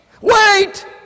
Wait